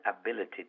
ability